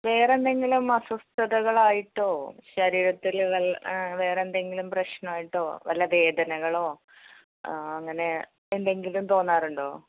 വേറെ എന്തെങ്കിലും അസ്വസ്ഥതകളായിട്ടോ ശരീരത്തിൽ വൽ വേറെ എന്തെങ്കിലും പ്രശ്നമായിട്ടോ വല്ല വേദനകളോ അങ്ങനെ എന്തെങ്കിലും തോന്നാറുണ്ടോ